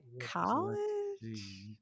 college